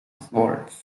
schwartz